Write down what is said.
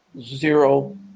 zero